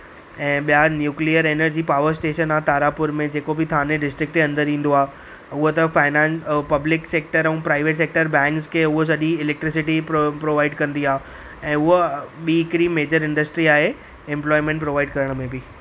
ऐं ॿिया nuclear energy power station आहे तारापुर में जेको बि थाणे डिस्ट्रिक्ट जे अंदरि ईंदो आहे उहे तव्हां फाइनान्स पब्लिक सैक्टर ऐं प्राइवेट सेक्टर बैंक्स खे उहा सॼी इलैक्ट्र्सिटी प्रो प्रोवाइड कंदी आहे ऐं उहा ॿीं हिकिड़ी मेजर इंडस्ट्री आहे इंप्लॉयमैंट प्रोवाइड करण में बि